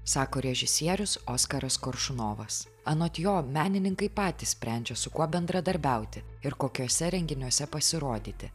sako režisierius oskaras koršunovas anot jo menininkai patys sprendžia su kuo bendradarbiauti ir kokiuose renginiuose pasirodyti